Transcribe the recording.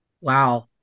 Wow